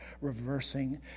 reversing